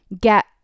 get